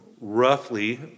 Roughly